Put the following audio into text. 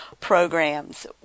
programs